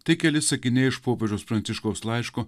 tai keli sakiniai iš popiežiaus pranciškaus laiško